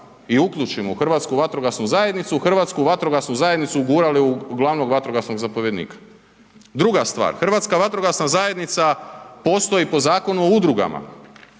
i uključimo u Hrvatsku vatrogasnu zajednicu, Hrvatsku vatrogasnu zajednicu ugurali u glavnog vatrogasnog zapovjednika. Druga stvar, Hrvatska vatrogasna zajednica postoji po Zakonu o udrugama,